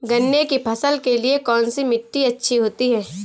गन्ने की फसल के लिए कौनसी मिट्टी अच्छी होती है?